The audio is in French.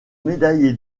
médaillé